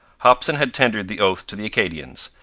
hopson had tendered the oath to the acadians.